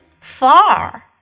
far